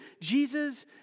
Jesus